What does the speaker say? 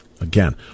again